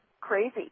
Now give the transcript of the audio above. crazy